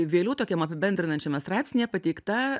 vėliau tokiam apibendrinančiame straipsnyje pateikta